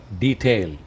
detail